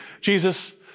Jesus